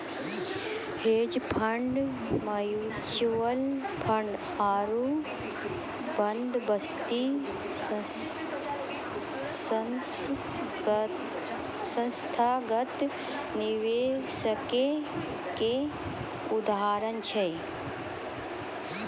hedge fund, mutual fund आरु बंदोबस्ती संस्थागत निवेशको के उदाहरण छै